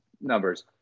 numbers